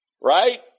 Right